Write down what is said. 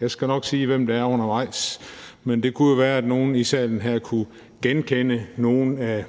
Jeg skal nok sige, hvem det er, undervejs, men det kunne jo være, at nogle i salen her kunne genkende nogle af